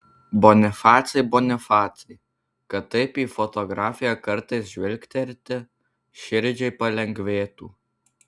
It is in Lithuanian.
bonifacai bonifacai kad taip į fotografiją kartais žvilgterti širdžiai palengvėtų